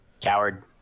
Coward